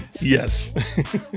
Yes